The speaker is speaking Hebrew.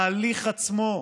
בהליך עצמו,